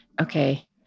okay